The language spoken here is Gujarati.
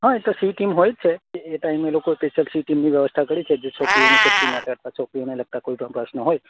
હા એ તો સી ટીમ હોય છે એ ટાઇમે એ લોકો સ્પેશિયલ સી ટીમની વ્યવસ્થા કરી છે જો છોકરીઓની સેફટી માટે છોકરીઓને લગતા કોઈપણ પ્રશ્નો હોય